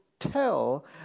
Tell